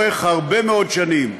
לאורך הרבה מאוד שנים.